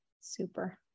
Super